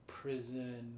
prison